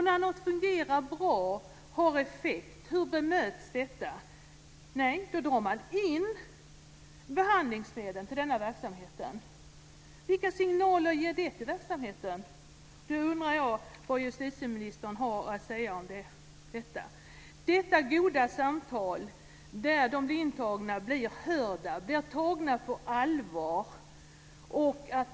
När något fungerar bra och har effekt - hur bemöts det då? Då drar man in behandlingsmedlen för den verksamheten. Vilka signaler ger det till verksamheten? Jag undrar vad justitieministern har att säga om detta. I det goda samtalet blir de intagna hörda och tagna på allvar.